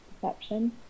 perception